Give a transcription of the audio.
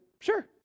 sure